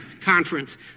conference